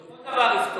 כל דבר יפתור.